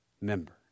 member